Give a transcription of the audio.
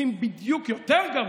עושים יותר גרוע: